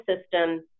system